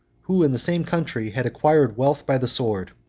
who, in the same country, had acquired wealth by the sword,